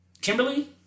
Kimberly